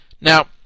Now